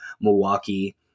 Milwaukee